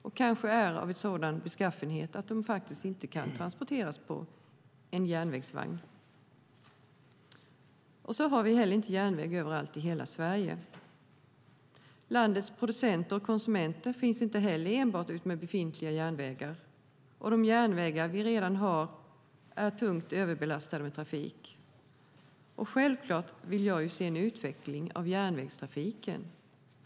De kan också vara av en sådan beskaffenhet att de faktiskt inte kan ske med järnvägsvagn. Vi har heller inte järnväg överallt i hela Sverige, och landets producenter och konsumenter finns inte enbart utmed befintliga järnvägar. De järnvägar vi har är dessutom redan tungt överbelastade med trafik. Självklart vill jag se en utveckling av järnvägstrafiken.